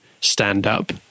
stand-up